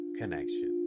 connection